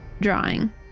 drawing